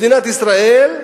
מדינת ישראל,